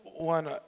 One